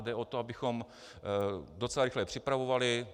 Jde o to, abychom docela rychle připravovali.